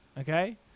okay